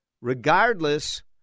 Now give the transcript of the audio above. regardless